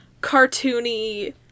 cartoony